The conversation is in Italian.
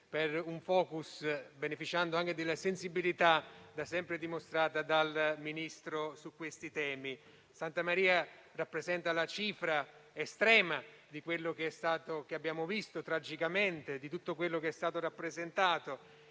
fare un *focus*, che beneficia anche della sensibilità da sempre dimostrata dal Ministro su questi temi. Santa Maria Capua Vetere rappresenta la cifra estrema di quello che abbiamo visto tragicamente, di tutto quello che è stato rappresentato.